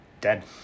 dead